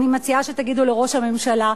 אני מציעה שתגידו לראש הממשלה,